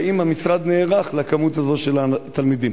האם המשרד נערך למספר הזה של תלמידים?